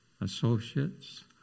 associates